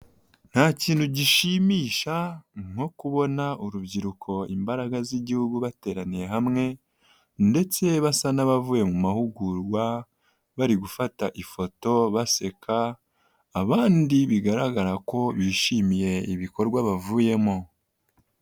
Nta kintu gishimisha nko kubona urubyiruko imbaraga z'igihugu bateraniye hamwe ndetse basa n'abavuye mu mahugurwa bari gufata ifoto baseka, abandi bigaragara ko bishimiye ibikorwa bavuyemo.